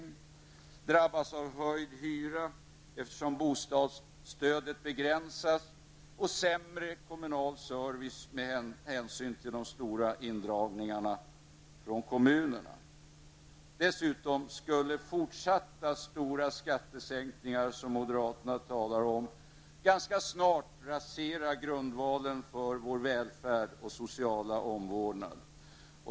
De drabbas av höjd hyra, eftersom bostadsstödet begränsas, och de får sämre kommunal service till följd av de stora indragningarna från kommunerna. Dessutom skulle fortsatta stora skattesänkningar, som moderaterna talar om, ganska snart rasera grundvalen för vår välfärd och sociala omvårdnad.